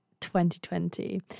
2020